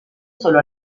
solo